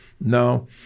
no